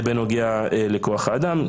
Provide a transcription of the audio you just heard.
זה בנוגע לכוח האדם.